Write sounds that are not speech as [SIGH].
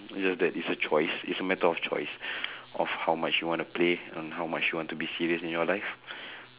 just that it's a choice it's a matter of choice [BREATH] of how much you want to play and how much you want to be serious in your life [BREATH]